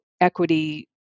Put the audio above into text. equity